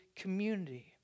community